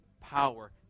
power